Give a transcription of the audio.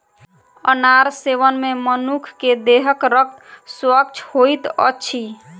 अनार सेवन मे मनुख के देहक रक्त स्वच्छ होइत अछि